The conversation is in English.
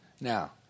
Now